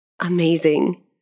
amazing